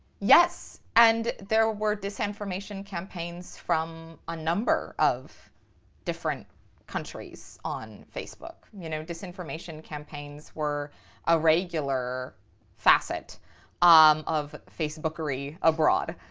yes. and there were disinformation campaigns from a number of different countries on facebook. you know, disinformation campaigns were a regular facet um of facebookery abroad.